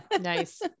nice